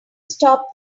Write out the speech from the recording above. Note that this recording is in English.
stop